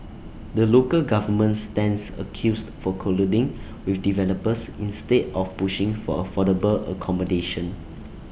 the local government stands accused for colluding with developers instead of pushing for affordable accommodation